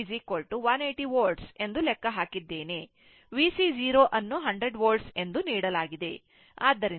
VC 0 ಅನ್ನು 100 Volt ಎಂದು ನೀಡಲಾಗಿದೆ ಆದ್ದರಿಂದ tau 0